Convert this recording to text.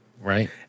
right